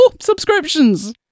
subscriptions